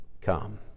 come